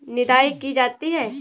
निदाई की जाती है?